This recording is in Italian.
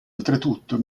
oltretutto